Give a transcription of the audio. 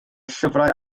llyfrau